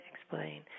explain